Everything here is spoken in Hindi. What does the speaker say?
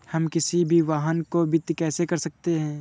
हम किसी भी वाहन को वित्त कैसे कर सकते हैं?